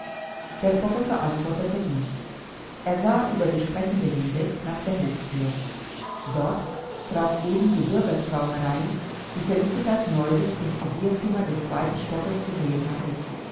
der professor antwortete nicht er sah über die sprechende hinweg nach der hofthür dort trat eben die bürgersfrau herein die felicitas neulich im studierzimmer des zweiten stockes gesehen hatte